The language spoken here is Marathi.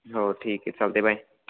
हो ठीक आहे चालतं आहे बाय